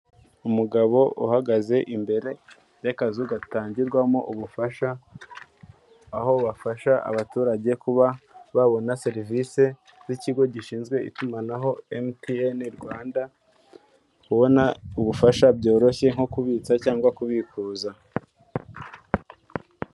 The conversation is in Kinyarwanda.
Umugabo uhagaze imbere y'akazu gatangirwamo ubufasha, aho bafasha abaturage kuba babona serivisi z'ikigo gishinzwe itumanaho Emutiyene Rwanda, kubona ubufasha byoroshye nko kubitsa cyangwa kubikuza.